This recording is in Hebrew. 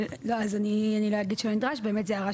אני לא אגיד שזה לא נדרש; זוהי הערה